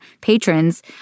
patrons